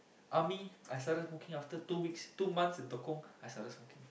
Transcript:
army I started smoking after two weeks two months in Tekong I started smoking